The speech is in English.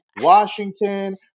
Washington